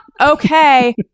Okay